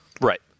Right